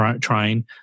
trying